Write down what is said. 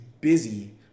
Busy